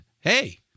hey